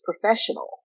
professional